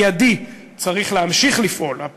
צריך להמשיך לפעול מייד.